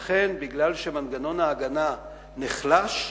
לכן, בגלל שמנגנון ההגנה נחלש,